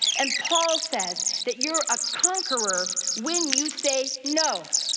and paul says that you're a conqueror when you say no,